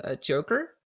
Joker